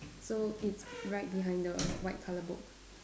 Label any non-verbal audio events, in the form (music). so it's (noise) right behind the white colour book